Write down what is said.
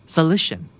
Solution